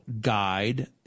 guide